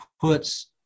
puts